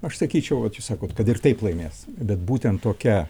aš sakyčiau vat čia sakot kad ir taip laimės bet būtent tokia